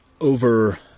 over